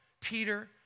Peter